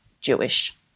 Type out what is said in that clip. Jewish